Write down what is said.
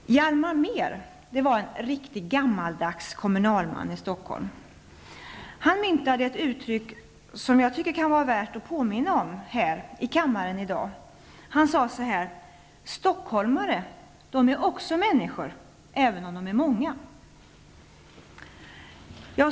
Hjalmar Mehr var en riktig gammaldags kommunalman i Stockholm. Han myntade ett uttryck som kan vara värt att påminna om här i kammaren i dag. Han sade att stockholmare är också människor, även om de är många.